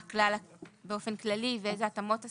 מה הכלל באופן כללי ואיזה התאמות עשיתם.